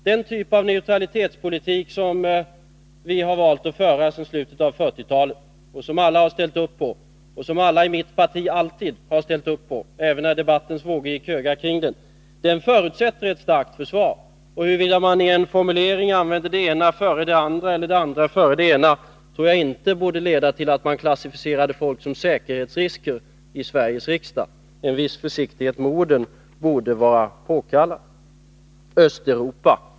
Den typ av neutralitetspolitik som vi har valt att föra sedan slutet av 1940-talet — som alla har ställt upp bakom, och som alla i mitt parti har ställt upp bakom även när debattens vågor gick höga kring den — förutsätter ett starkt försvar. Huruvida man i en formulering använder det ena före det andra eller det andra före det ena tror jag inte bör föranleda någon att klassificera folk som säkerhetsrisker i Sveriges riksdag. En viss försiktighet med ord borde vara påkallad.